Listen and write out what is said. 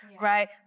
right